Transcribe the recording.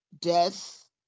death